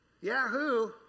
Yahoo